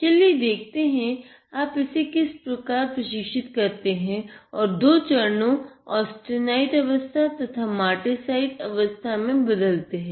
चलिए देखते हैं की आप इसे किस प्रकार प्रशिक्षित करते हैं और दो चरणों ऑस्टेनाईट अवस्था में बदलते हैं